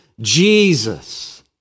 Jesus